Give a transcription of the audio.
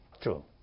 True